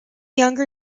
younger